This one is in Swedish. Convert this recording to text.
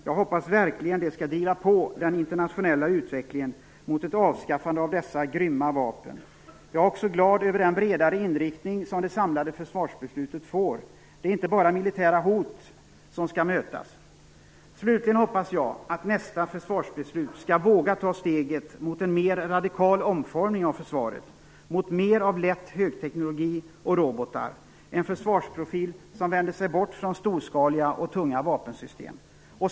Jag hoppas verkligen att det skall driva på den internationella utvecklingen mot ett avskaffande av dessa grymma vapen. Jag är också glad över den bredare inriktning som det samlade försvarsbeslutet får. Det är inte bara militära hot som skall mötas. Slutligen hoppas jag att man i nästa försvarsbeslut skall våga ta steget mot en mer radikal omformning av försvaret mot mer av lätt högteknologi och robotar, en försvarsprofil som vänder sig bort från storskaliga och tunga vapensystem.